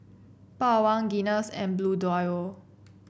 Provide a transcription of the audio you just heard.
Bawang Guinness and Bluedio